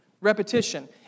Repetition